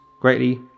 greatly